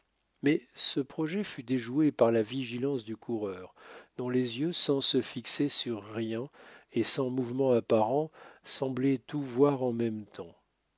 mais ce projet fut déjoué par la vigilance du coureur dont les yeux sans se fixer sur rien et sans mouvement apparent semblaient tout voir en même temps